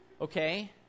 Okay